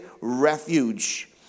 Refuge